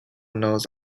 knows